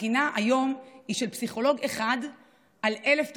התקינה היום היא של פסיכולוג אחד על 1,000 תלמידים,